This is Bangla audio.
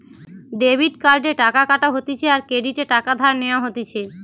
ডেবিট কার্ডে টাকা কাটা হতিছে আর ক্রেডিটে টাকা ধার নেওয়া হতিছে